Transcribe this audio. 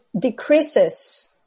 decreases